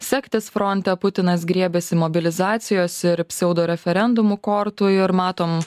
sektis fronte putinas griebėsi mobilizacijos ir pseudoreferendumų kortų ir matom